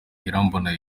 irambona